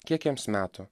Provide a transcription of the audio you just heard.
kiek jiems metų